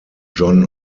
john